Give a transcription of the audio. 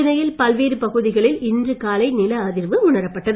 சென்னையில் பல்வேறு பகுதிகளில் இன்று காலை நில அதிர்வு உணரப்பட்டது